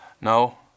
No